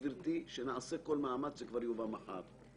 גברתי, שנעשה כל מאמץ שזה יובא מחר.